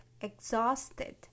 exhausted